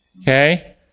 Okay